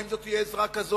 האם זו תהיה עזרה כזאת,